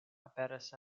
aperas